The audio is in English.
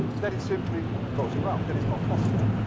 that it simply goes around. that is not possible.